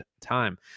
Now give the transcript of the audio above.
time